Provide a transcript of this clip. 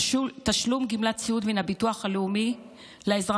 תשלום גמלת סיעוד מן הביטוח הלאומי לאזרחים